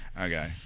Okay